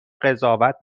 قضاوت